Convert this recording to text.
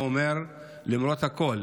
הוא אומר: למרות הכול,